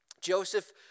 Joseph